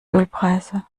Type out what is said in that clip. ölpreise